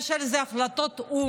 ויש על זה החלטות או"ם.